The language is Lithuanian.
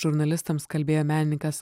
žurnalistams kalbėjo menininkas